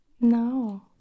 no